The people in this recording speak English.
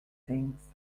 things